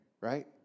Right